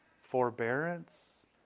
forbearance